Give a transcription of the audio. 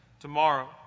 tomorrow